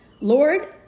Lord